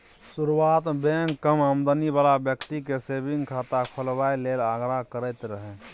शुरुआत मे बैंक कम आमदनी बला बेकती केँ सेबिंग खाता खोलबाबए लेल आग्रह करैत रहय